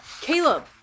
Caleb